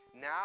now